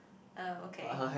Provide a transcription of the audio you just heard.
uh okay